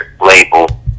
label